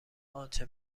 آنچه